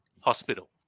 Hospital